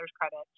credit